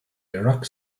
iraq